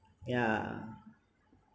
yeah